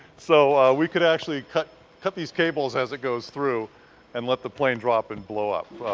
so we could actually cut cut these cables as it goes through and let the plane drop and blow up.